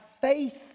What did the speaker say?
faith